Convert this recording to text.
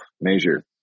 measure